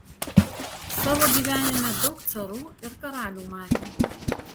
savo gyvenime daug carų ir karalių matė